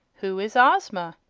who is ozma?